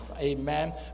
amen